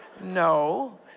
no